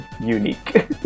unique